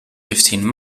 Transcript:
fifteen